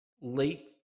Late